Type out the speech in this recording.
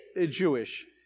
Jewish